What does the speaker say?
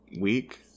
week